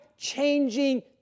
changing